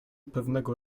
pewnego